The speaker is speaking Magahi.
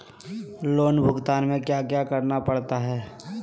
लोन भुगतान में क्या क्या करना पड़ता है